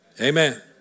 Amen